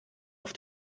auf